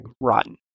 rotten